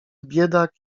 biedak